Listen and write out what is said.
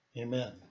amen